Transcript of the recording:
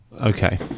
okay